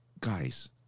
guys